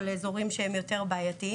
או לאזורים שהם יותר בעייתיים.